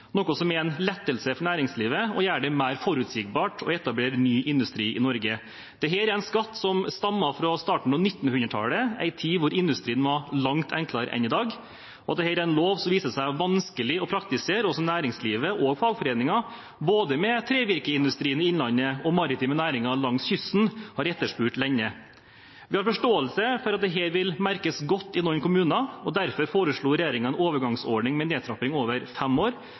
noe som er en lettelse for næringslivet og gjør det mer forutsigbart å etablere ny industri i Norge. Dette er en skatt som stammer fra starten av 1900-tallet, en tid da industrien var langt enklere enn i dag, og dette er en lov som viser seg vanskelig å praktisere, og som næringslivet og fagforeninger, både trevirkeindustrien i innlandet og maritime næringer langs kysten, har etterspurt lenge. Vi har forståelse for at dette vil merkes godt i noen kommuner, og derfor forslo regjeringen en overgangsordning med nedtrapping over fem år,